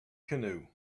canoe